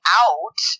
out